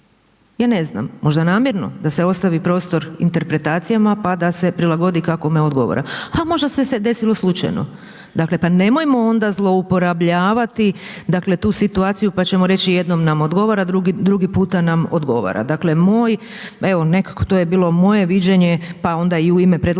ja ne znam, možda namjerno, da se ostavi prostor interpretacijama pa da se prilagodi kako kome odgovara a možda se desilo slučajno. Dakle pa nemojmo onda zlouporabljavati tu situaciju pa ćemo reći jednom nam ne odgovara, drugi puta nam odgovara, dakle evo nekako to je bilo moje viđenje pa onda i u ime predlagatelja